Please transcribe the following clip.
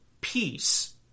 peace